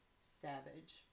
Savage